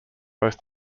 both